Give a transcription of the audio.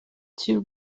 two